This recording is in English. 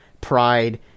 Pride